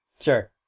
Sure